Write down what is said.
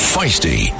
Feisty